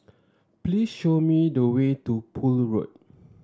please show me the way to Poole Road